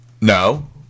No